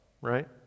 right